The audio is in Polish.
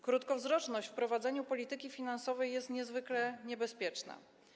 Krótkowzroczność w prowadzeniu polityki finansowej jest niezwykle niebezpieczna.